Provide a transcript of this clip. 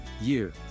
Year